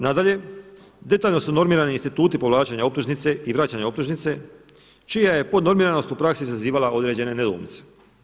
Nadalje, detaljno su normirani instituti povlačenja optužnice i vraćanja optužnice čija je podnormiranost u praksi izazivala određene nedoumice.